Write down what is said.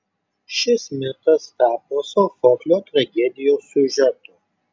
šis mitas tapo sofoklio tragedijos siužetu